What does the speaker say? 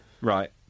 Right